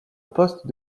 poste